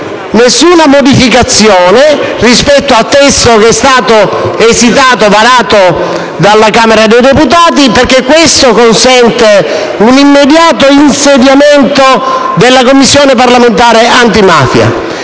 alcuna modificazione rispetto al testo che è stato esitato dalla Camera dei deputati, perché questo consente un immediato insediamento della Commissione parlamentare antimafia: